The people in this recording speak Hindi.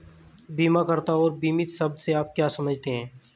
बीमाकर्ता और बीमित शब्द से आप क्या समझते हैं?